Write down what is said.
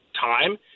time